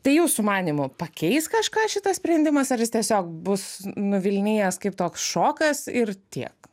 tai jūsų manymu pakeis kažką šitas sprendimas ar jis tiesiog bus nuvilnijęs kaip toks šokas ir tiek